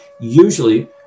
usually